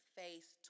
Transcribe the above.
face